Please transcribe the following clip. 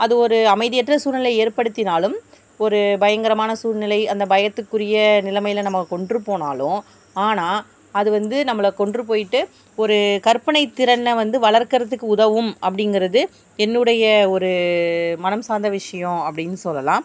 அது ஒரு அமைதியற்ற சூழ்நிலை ஏற்படுத்தினாலும் ஒரு பயங்கரமான சூழ்நிலை அந்த பயத்துக்குரிய நிலைமையில் நம்ம கொண்டுருபோனாலும் ஆனால் அது வந்து நம்மளை கொண்டுரு போயிவிட்டு ஒரு கற்பனை திறனை வந்து வளர்க்குறதுக்கு உதவும் அப்படிங்கிறது என்னுடைய ஒரு மனம் சார்ந்த விஷயம் அப்படினு சொல்லலாம்